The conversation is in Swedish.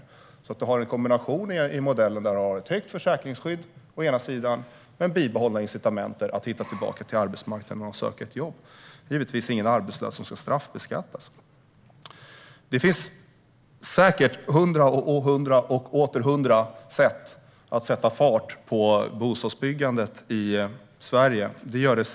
Det finns alltså en kombination i modellen med ett högt försäkringsskydd med bibehållna incitament att hitta tillbaka till arbetsmarknaden och söka ett jobb. Det är givetvis ingen arbetslös som ska straffbeskattas. Det finns säkert hundra och åter hundra sätt att sätta fart på bostadsbyggandet i Sverige.